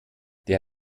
der